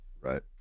Right